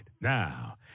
Now